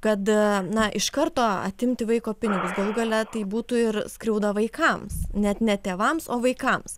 kad na iš karto atimti vaiko pinigus galų gale tai būtų ir skriauda vaikams net ne tėvams o vaikams